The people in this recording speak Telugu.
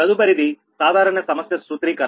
తదుపరిది సాధారణ సమస్య సూత్రీకరణ